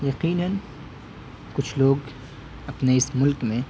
یقیناً کچھ لوگ اپنے اس ملک میں